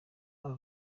aba